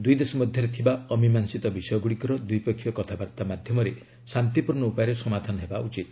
ଦୁଇଦେଶ ମଧ୍ୟରେ ଥିବା ଅମିମାଂସିତ ବିଷୟଗୁଡ଼ିକର ଦ୍ୱିପକ୍ଷିୟ କଥାବାର୍ତ୍ତା ମାଧ୍ୟମରେ ଶାନ୍ତିପୂର୍ଣ୍ଣ ଉପାୟରେ ସମାଧାନ ହେବା ଉଚିତ